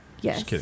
Yes